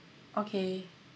okay